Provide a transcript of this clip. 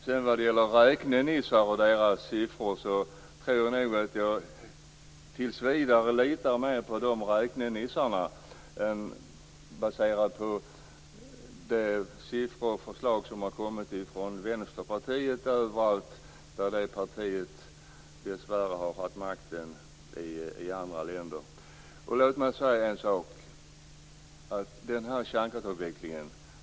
När det gäller räknenissar och deras siffror, tror jag nog att jag tills vidare litar mer på dem än på de siffror och förslag som har kommit från Vänsterpartiet. Dessvärre har vänsterpartier haft makten i andra länder. Låt mig säga följande om kärnkraftsavvecklingen.